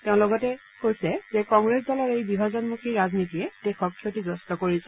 তেওঁ লগতে কয় যে কংগ্ৰেছ দলৰ এই বিভাজনবাদী ৰাজনীতিয়ে দেশক ক্ষতিগ্ৰস্ত কৰিছে